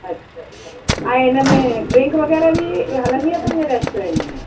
अच्छा अच्छा ऐं हिन में ड्रिंक वग़ैरह बि हलंदी आहे तव्हांजे रेस्टोरेंट में